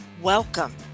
Welcome